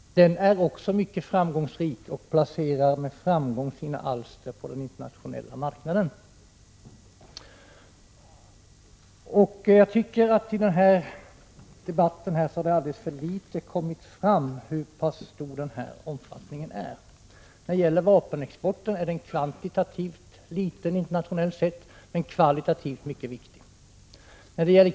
Den är också mycket framgångsrik och placerar med framgång sina alster på den internationella marknaden. I denna debatt har det alldeles för litet kommit fram hur pass stor denna omfattning är. Vapenexporten är kvantitativt liten internationellt sett, men den är kvalitativt mycket viktig.